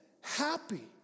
happy